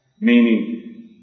Meaning